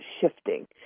shifting